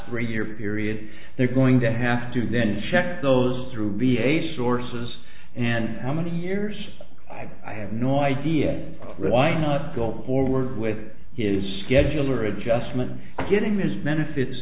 three year period they're going to have to then check those through v a sources and how many years i have no idea why not go forward with his scheduler adjustment getting these benefits